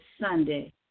Sunday